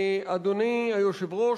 אדוני היושב-ראש,